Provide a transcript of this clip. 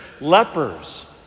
lepers